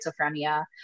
schizophrenia